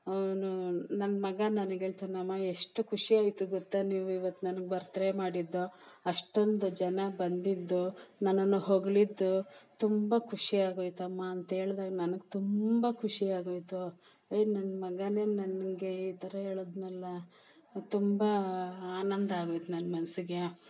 ಅವನು ನನ್ನ ಮಗ ನನಗೇಳ್ತಾನೆ ಅಮ್ಮ ಎಷ್ಟು ಖುಷ್ಯಾಯ್ತು ಗೊತ್ತ ನೀವು ಇವತ್ತು ನನ್ಗೆ ಬರ್ತ್ ರೇ ಮಾಡಿದ್ದು ಅಷ್ಟೊಂದು ಜನ ಬಂದಿದ್ದು ನನ್ನನ್ನು ಹೊಗಳಿದ್ದು ತುಂಬ ಖುಷಿಯಾಗೋಯ್ತಮ್ಮ ಅಂತೇಳ್ದಾಗ ನನಗೆ ತುಂಬ ಖುಷಿ ಆಗೋಯಿತು ಏ ನನ್ನ ಮಗನೆ ನನಗೆ ಈ ಥರ ಹೇಳದ್ನಲ್ಲ ತುಂಬ ಆನಂದ ಆಗೋಯ್ತು ನನ್ನ ಮನಸಿಗೆ